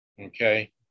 okay